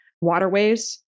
waterways